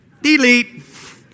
Delete